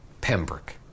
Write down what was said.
Pembroke